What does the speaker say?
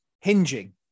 hinging